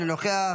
אינו נוכח,